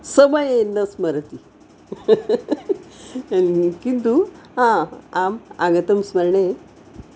समये न स्मरति किन्तु हा आम् आगतं स्मरणे